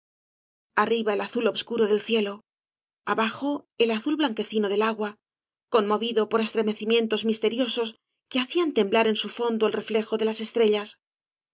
arriba el azul obscuro del cielo abajo el azul blanquecino del agua conmovido por estremecimientos misteriosos que hacían temblar en su fondo el reflejo de las estrellas